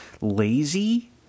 lazy